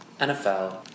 NFL